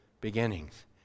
beginnings